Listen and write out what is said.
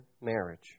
marriage